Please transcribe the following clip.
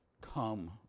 Come